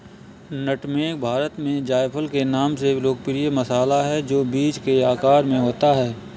नट मेग भारत में जायफल के नाम से लोकप्रिय मसाला है, जो बीज के आकार में होता है